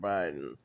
Biden